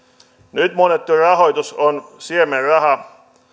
nyt myönnetty rahoitus on siemenraha